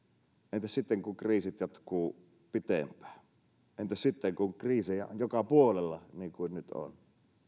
entäs sitten kun kriisit jatkuvat pitempään entä sitten kun kriisejä on joka puolella niin kuin nyt on